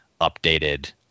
updated